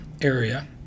area